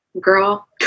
Girl